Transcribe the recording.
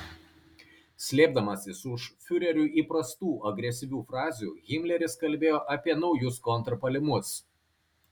slėpdamasis už fiureriui įprastų agresyvių frazių himleris kalbėjo apie naujus kontrpuolimus